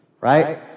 right